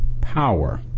power